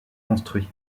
construit